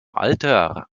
alter